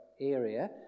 area